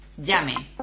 Llame